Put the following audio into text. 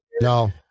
No